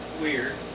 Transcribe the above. weird